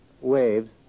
waves